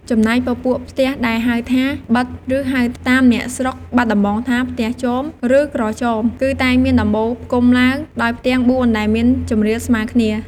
ចំណែក ពពួកផ្ទះដែលហៅថា “ប៉ិត” ឬហៅតាមអ្នកស្រុកបាត់ដំបងថា “ផ្ទះជម” ឬ “ក្រជម” គឺតែងមានដំបូលផ្គុំឡើងដោយផ្ទាំង៤ដែលមានជម្រាលស្មើគ្នា។